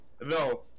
No